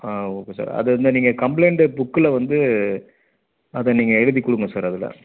ஆ okay sir அது வந்து நீங்கள் கம்ப்ளைன்ட் புக்கில் வந்து அதை நீங்கள் எழுதி கொடுங்க சார் அதில்